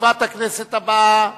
ישיבת הכנסת הבאה